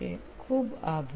ખૂબ આભાર